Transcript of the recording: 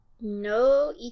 No